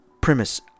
premise